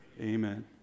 Amen